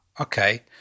okay